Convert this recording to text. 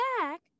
back